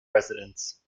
residents